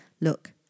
look